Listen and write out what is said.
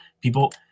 people